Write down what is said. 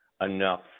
enough